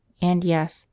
and, yes,